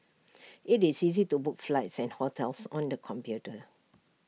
IT is easy to book flights and hotels on the computer